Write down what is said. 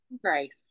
grace